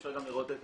אפשר גם לראות את